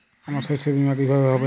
আমার শস্য বীমা কিভাবে হবে?